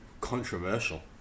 Controversial